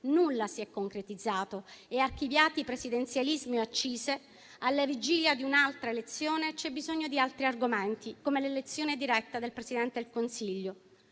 Nulla si è concretizzato e, archiviati presidenzialismo e accise, alla vigilia di un'altra elezione c'è bisogno di altri argomenti, come l'elezione diretta del Presidente del Consiglio.